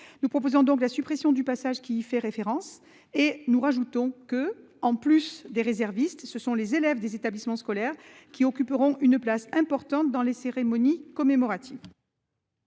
Nous proposons donc la suppression du passage qui y fait référence. Nous souhaitons également que, outre les réservistes, les élèves des établissements scolaires occupent une place importante dans les cérémonies commémoratives.